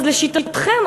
אז לשיטתכם,